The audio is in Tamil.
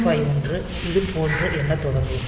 8051 இதுபோன்று எண்ணத் தொடங்கும்